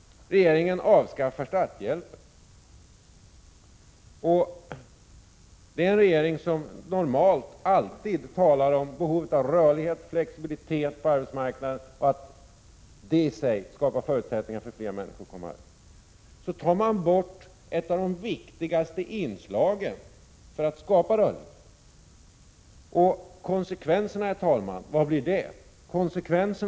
Regeringen avskaffar starthjälpen. Detta är en regering som normalt alltid talar om behovet av rörlighet och flexibilitet på arbetsmarknaden och menar att det i sig skapar förutsättningar för flera människor att komma i arbete. På det här sättet tar man bort ett av de viktigaste medlen för att skapa rörlighet. Vad blir konsekvensen?